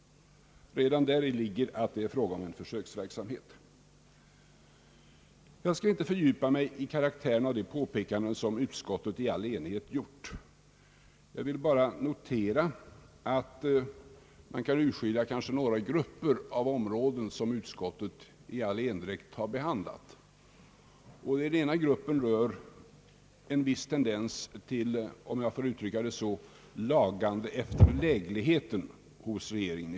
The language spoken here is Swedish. Redan däri ligger, att det är en försöksverksamhet. Jag skall inte fördjupa mig i karaktären av de påpekanden som utskottet i all enighet gjort. Jag vill bara notera, att man kan urskilja några grupper av områden som utskottet i endräkt har behandlat. Till den ena gruppen hör, om jag så får uttrycka det, en viss tendens till lagande efter läglighet hos regeringen.